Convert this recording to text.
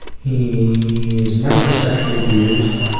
he has never been sexually abused.